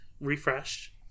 refresh